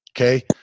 okay